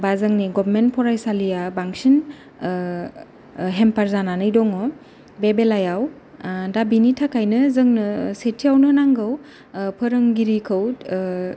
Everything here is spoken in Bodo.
बा जोंनि गवार्नमेन्ट फरायसालिया बांसिन हेमपार जानानै दङ बे बेलायाव दा बिनि थाखायनो जोंनो सेथियावनो नांगौ फोरोंगिरिखौ